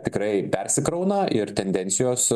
tikrai persikrauna ir tendencijos